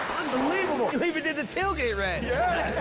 you even did the tailgate red. yeah